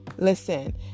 Listen